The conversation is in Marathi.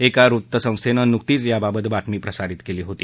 एका वृत्तसंस्थेनं नुकतीच याबाबत बातमी प्रसारित केली होती